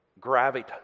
gravity